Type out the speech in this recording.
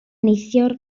neithiwr